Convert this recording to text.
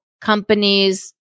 Companies